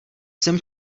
jsem